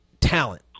talent